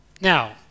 Now